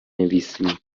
باز